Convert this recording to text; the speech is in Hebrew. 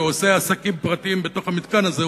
ועושה עסקים פרטיים בתוך המתקן הזה,